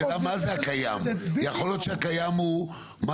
השאלה מה זה הקיים, יכול להיות שהקיים הוא משהו.